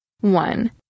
One